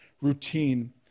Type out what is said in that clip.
routine